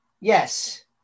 Yes